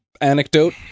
anecdote